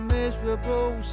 miserable